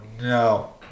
No